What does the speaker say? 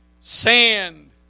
sand